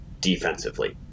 defensively